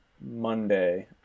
Monday